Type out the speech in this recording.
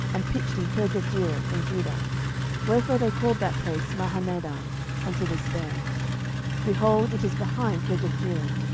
and pitched in kirjathjearim, in judah wherefore they called that place mahanehdan unto this day behold, it is behind kirjathjearim.